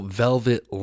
velvet